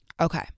Okay